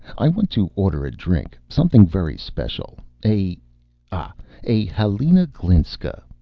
i want to order a drink. something very special. a ah a helena glinska